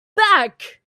back